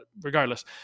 regardless